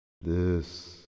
This